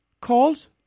calls